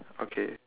okay